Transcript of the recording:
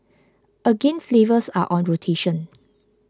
again flavours are on rotation